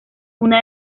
una